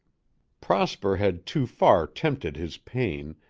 prosper had too far tempted his pain,